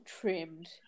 trimmed